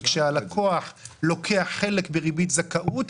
וכשהלקוח לוקח חלק בריבית זכאות,